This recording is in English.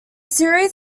series